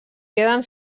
queden